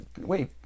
Wait